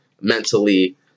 mentally